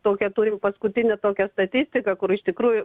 tokią turim paskutinę tokią statistiką kur iš tikrųjų